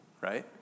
right